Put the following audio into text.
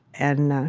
and, in